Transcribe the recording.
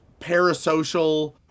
parasocial